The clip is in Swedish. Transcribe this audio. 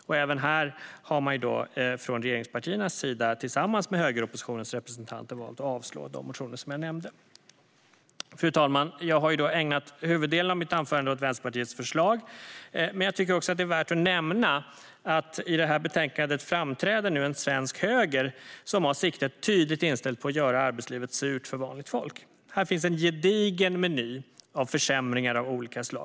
Och även i det här fallet har regeringspartierna tillsammans med högeroppositionens representanter valt att avslå de motioner som jag nämnde. Fru talman! Jag har ägnat huvuddelen av mitt anförande åt Vänsterpartiets förslag. Men jag tycker också att det är värt att nämna att i det här betänkandet framträder en svensk höger som har siktet tydligt inställt på att göra arbetslivet surt för vanligt folk. Här finns en gedigen meny av försämringar av olika slag.